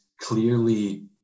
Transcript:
clearly